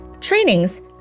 trainings